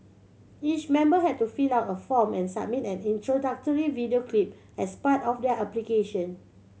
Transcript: each member had to fill out a form and submit an introductory video clip as part of their application